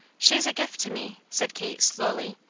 she's a gift to me, said kate, slowly.